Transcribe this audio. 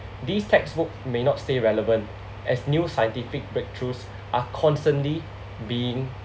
these textbook may not stay relevant as new scientific breakthroughs are constantly being